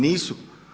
Nisu.